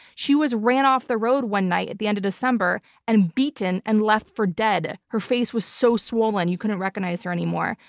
she was ran off the road one night at the end of december and beaten and left for dead. her face was so swollen, you couldn't recognize her any more.